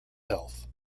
health